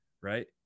right